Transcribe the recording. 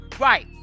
Right